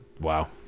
Wow